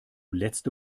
letzte